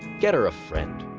get her a friend.